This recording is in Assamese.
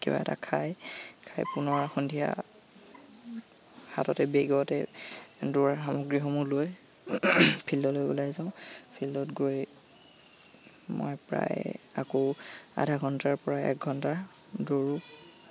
কিবা এটা খায় খাই পুনৰ সন্ধিয়া হাততে বেগতে দৌৰাৰ সামগ্ৰীসমূহ লৈ ফিল্ডলৈ ওলাই যাওঁ ফিল্ডত গৈ মই প্ৰায় আকৌ আধা ঘণ্টাৰ পৰা এক ঘণ্টা দৌৰোঁ